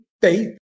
faith